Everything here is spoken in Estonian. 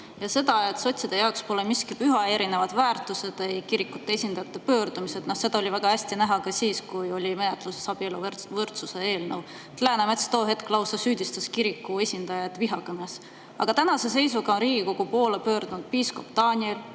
Seda, et sotsidele pole miski püha, ei erinevad väärtused ega kirikute esindajate pöördumised, oli väga hästi näha ka siis, kui oli menetluses abieluvõrdsuse eelnõu. Läänemets too hetk süüdistas kiriku esindajaid lausa vihakõnes. Aga tänase seisuga on Riigikogu poole pöördunud piiskop Daniel